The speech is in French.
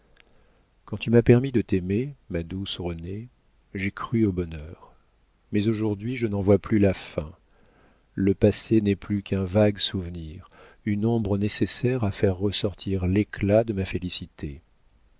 quand tu m'as permis de t'aimer ma douce renée j'ai cru au bonheur mais aujourd'hui je n'en vois plus la fin le passé n'est plus qu'un vague souvenir une ombre nécessaire à faire ressortir l'éclat de ma félicité